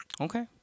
Okay